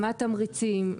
מה התמריצים,